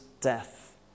death